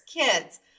kids